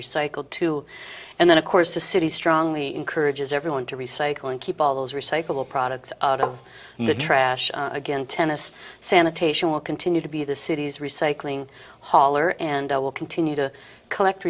recycled too and then of course the city strongly encourages everyone to recycle and keep all those recyclable products out of the trash again tennis sanitation will continue to be the city's recycling hauler and will continue to collect